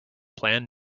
plan